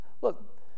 Look